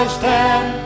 stand